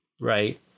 right